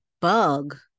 bug